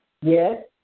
Yes